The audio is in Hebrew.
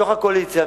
מתוך הקואליציה,